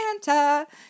Santa